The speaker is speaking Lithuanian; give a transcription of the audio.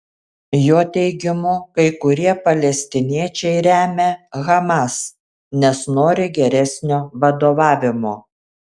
jo teigimu kai kurie palestiniečiai remia hamas nes nori geresnio vadovavimo